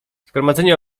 zgromadzenie